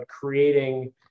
creating